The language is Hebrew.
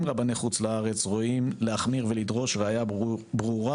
אם רבני חוץ לארץ רואים להחמיר ולדרוש ראייה ברורה